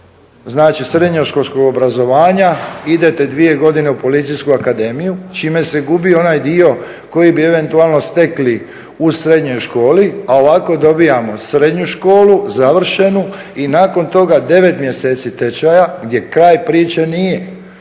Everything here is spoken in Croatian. znači srednjoškolskog obrazovanja idete dvije godine u policijsku akademiju čime se gubi onaj dio koji bi eventualno stekli u srednjoj školi a ovako dobivamo srednju školu završenu i nakon toga 9 mjeseci tečaja gdje kraj priče nije